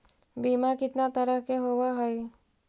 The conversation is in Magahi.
बीमा कितना तरह के होव हइ?